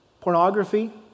pornography